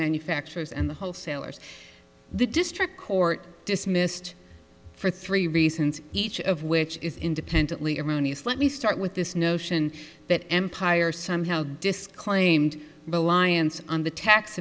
manufacturers and the wholesalers the district court dismissed for three reasons each of which is independently erroneous let me start with this notion that empire somehow disclaimed reliance on the tax